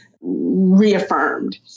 reaffirmed